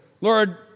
Lord